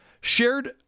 shared